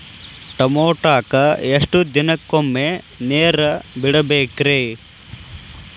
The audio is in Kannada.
ಟಮೋಟಾಕ ಎಷ್ಟು ದಿನಕ್ಕೊಮ್ಮೆ ನೇರ ಬಿಡಬೇಕ್ರೇ?